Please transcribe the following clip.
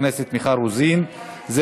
הצעה לסדר-היום מס'